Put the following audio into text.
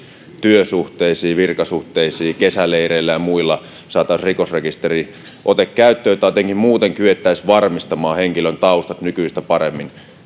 työsuhteisiin ja virkasuhteisiin kesäleireillä ja muilla saataisiin rikosrekisteriote käyttöön tai jotenkin muuten kyettäisiin varmistamaan henkilön taustat nykyistä paremmin